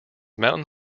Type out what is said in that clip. mountain